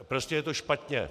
Prostě je to špatně.